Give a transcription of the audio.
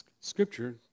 scripture